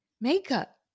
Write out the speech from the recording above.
Makeup